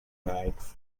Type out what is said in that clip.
like